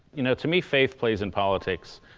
you know, to me faith plays in politics,